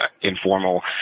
informal